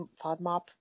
FODMAP